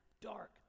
dark